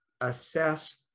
assess